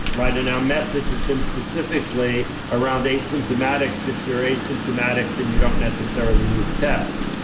right? and our message has been specifically around asymptomatics. if you're asymptomatic then you don't necessarily need to test.